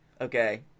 Okay